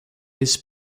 this